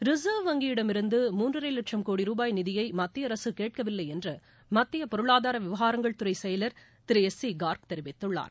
reserve வங்கியிடமிருந்து மூன்றரை வட்சம் கோடி ரூபாய் நிதியை மத்திய அரசு கேட்கவில்லை என்று மத்திய பொருளாதார விவகாரங்கள் துறை செயலர் திரு எஸ் சி கர்க் தெரிவித்துள்ளார்